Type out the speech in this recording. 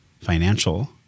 financial